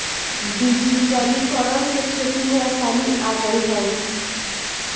डिजिटलीकरण से खेती में आसानी आ गईल हवे